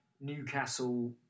Newcastle